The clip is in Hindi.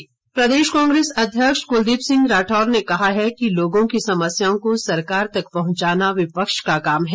कांग्रेस प्रदेश कांग्रेस अध्यक्ष कुलदीप सिंह राठौर ने कहा है कि लोगों की समस्याओं को सरकार तक पहुंचाना विपक्ष का काम है